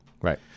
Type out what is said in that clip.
right